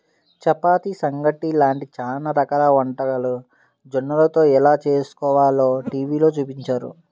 చపాతీ, సంగటి లాంటి చానా రకాల వంటలు జొన్నలతో ఎలా చేస్కోవాలో టీవీలో చూపించారు